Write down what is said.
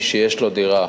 מי שיש לו דירה